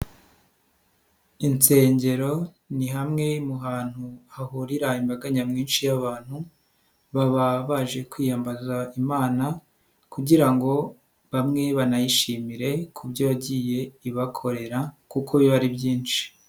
Insengero ni hamwe mu hantu hahurira imbaga nyamwinshi y'abantu baba baje kwiyambaza Imana kugira ngo bamwe banayishimire ku byo yagiye ibakorera kuko biba ari byinshi.